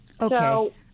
Okay